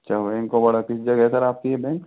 अच्छा bank of Baroda किस जगह है सर आपकी ये बैंक